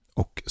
och